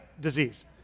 disease